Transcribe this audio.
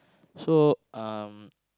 so um